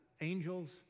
angels